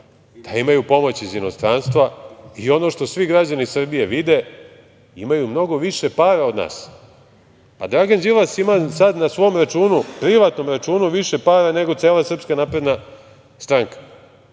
da imaju pomoć iz inostranstva i ono što svi građani Srbije vide, imaju mnogo više para od nas. Pa, Dragan Đilas ima sada na svom računu, privatnom računu više para nego cela SNS, on jedan